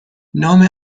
نام